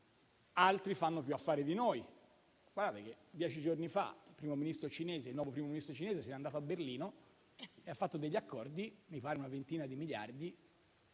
altri fanno più affari di noi. Dieci giorni fa il nuovo Primo Ministro cinese se n'è andato a Berlino e ha fatto degli accordi, mi pare per una ventina di miliardi,